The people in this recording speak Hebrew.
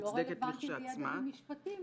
הוא לא רלוונטי לידע במשפטים,